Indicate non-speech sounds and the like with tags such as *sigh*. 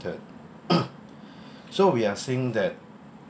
implemented *coughs* so we are saying that